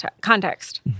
context